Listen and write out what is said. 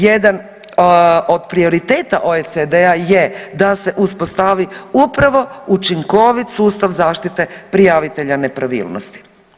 Jedan od prioriteta OECD-a je da se uspostavi upravo učinkovit sustav zaštite prijavitelja nepravilnost.